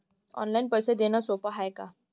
Online पैसे देण सोप हाय का?